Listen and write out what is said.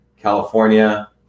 california